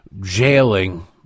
jailing